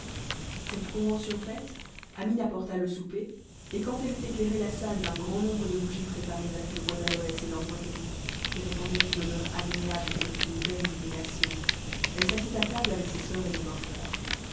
cette convention faite amine apporta le souper et quand elle eut éclairé la salle d'un grand nombre de bougies préparées avec le bois d'aloès et l'ambre gris qui répandirent une odeur agréable et firent une belle illumination elle s'assit à table avec ses soeurs et le porteur